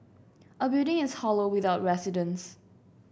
a building is hollow without residents